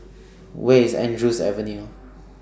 Where IS Andrews Avenue